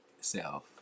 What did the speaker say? self